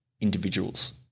individuals